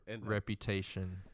reputation